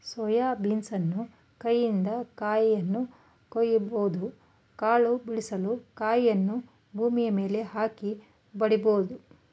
soya ಬೀನನ್ನು ಕೈಯಿಂದ ಕಾಯಿಯನ್ನು ಕೊಯ್ಯಬಹುದು ಕಾಳನ್ನು ಬಿಡಿಸಲು ಕಾಯಿಯನ್ನು ಭೂಮಿಯ ಮೇಲೆ ಹಾಕಿ ಬಡಿಬೋದು